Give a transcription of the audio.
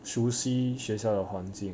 熟悉学校的环境